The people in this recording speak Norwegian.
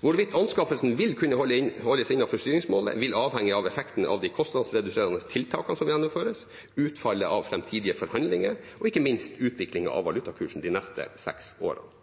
Hvorvidt anskaffelsen vil kunne holdes innenfor styringsmålet, vil avhenge av effekten av de kostnadsreduserende tiltakene som gjennomføres, utfallet av framtidige forhandlinger og ikke minst utviklingen av valutakursen de neste seks årene.